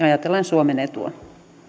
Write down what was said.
ajatellen suomen etua